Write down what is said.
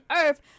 earth